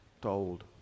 told